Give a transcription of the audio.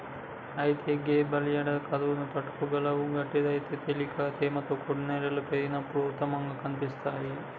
అయితే గే ఒలియాండర్లు కరువును తట్టుకోగలవు గట్లయితే తేలికగా తేమతో కూడిన నేలలో పెరిగినప్పుడు ఉత్తమంగా కనిపిస్తాయి